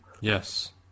Yes